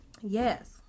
Yes